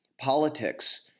Politics